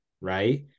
right